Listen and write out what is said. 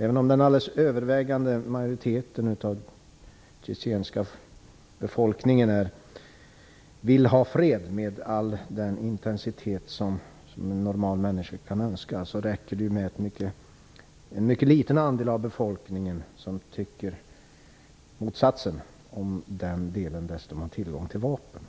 Även om den övervägande majoriteten av den tjetjenska befolkningen vill ha fred med all den intensitet som en normal människa kan önska räcker det med att en mycket liten andel av befolkningen tycker motsatsen om den andelen dessutom har tillgång till vapen.